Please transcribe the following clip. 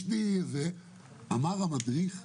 אמר המדריך,